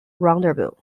roundabout